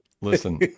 Listen